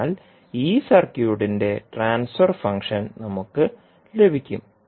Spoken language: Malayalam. അതിനാൽ ഈ സർക്യൂട്ടിന്റെ ട്രാൻസ്ഫർ ഫംഗ്ഷൻ നമുക്ക് ലഭിക്കും